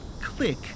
click